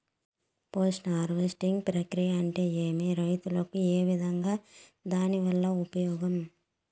Post harvesting ప్రక్రియ అంటే ఏమి? రైతుకు ఏ విధంగా దాని వల్ల ఉపయోగం?